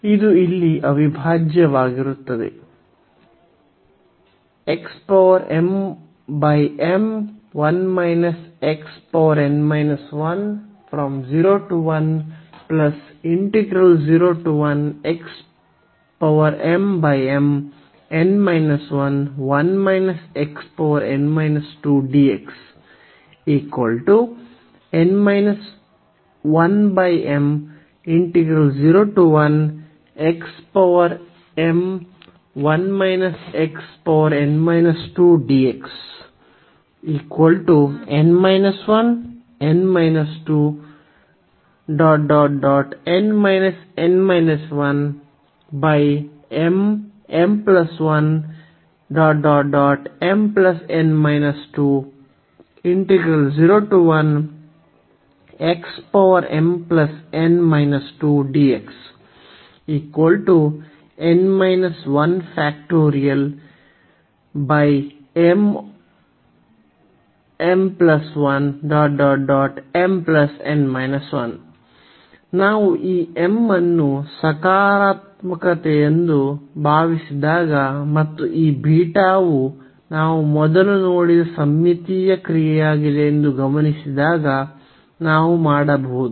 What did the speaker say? ಇದು ಇಲ್ಲಿ ಅವಿಭಾಜ್ಯವಾಗಿರುತ್ತದೆ ನಾವು ಈ m ಅನ್ನು ಸಕಾರಾತ್ಮಕವೆಂದು ಭಾವಿಸಿದಾಗ ಮತ್ತು ಈ ಬೀಟಾವು ನಾವು ಮೊದಲು ನೋಡಿದ ಸಮ್ಮಿತೀಯ ಕ್ರಿಯೆಯಾಗಿದೆ ಎಂದು ಗಮನಿಸಿದಾಗ ನಾವು ಮಾಡಬಹುದು